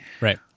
Right